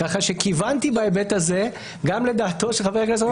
כך שכיוונתי בהיבט הזה גם לדעתו של חבר הכנסת.